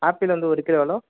apple வந்து ஒரு kilo எவ்வளோ